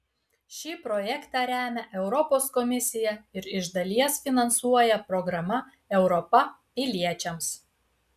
šį projektą remia europos komisija ir iš dalies finansuoja programa europa piliečiams